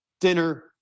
dinner